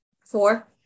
Four